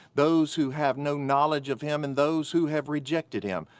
those who have no knowledge of him and those who have rejected him,